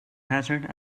hazard